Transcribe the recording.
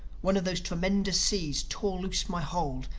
one of these tremendous seas tore loose my hold,